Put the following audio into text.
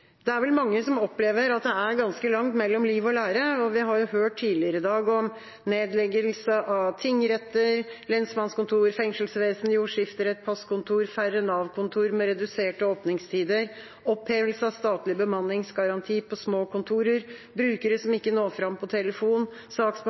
Det er mange som opplever at det er ganske langt mellom liv og lære, og vi har jo hørt tidligere i dag om nedleggelse av tingretter, lensmannskontor, fengselsvesen, jordskifterett og passkontor, færre Nav-kontor – med reduserte åpningstider – opphevelse av statlig bemanningsgaranti på små kontor, brukere som